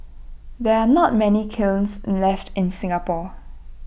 there are not many kilns left in Singapore